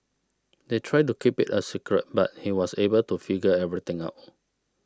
they tried to keep it a secret but he was able to figure everything out